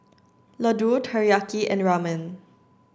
Ladoo Teriyaki and Ramen